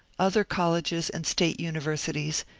other colleges and state universities,